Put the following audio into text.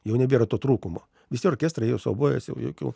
jau nebėra to trūkumo visi orkestrai jau su obojais jau jokių